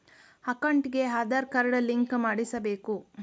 ಅಕೌಂಟಿಗೆ Aadhaar card link ಮಾಡಿಸಬೇಕು?